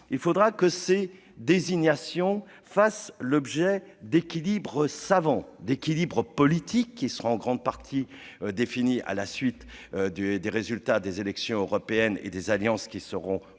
il faudra que les désignations fassent l'objet d'équilibres savants : équilibres politiques, qui seront en grande partie définis à la suite des résultats des élections européennes et des alliances qui se seront constituées